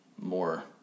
more